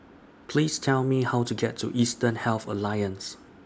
Please Tell Me How to get to Eastern Health Alliance